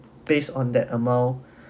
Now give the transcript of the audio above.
based on that amount